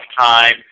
time